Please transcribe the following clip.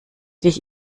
dich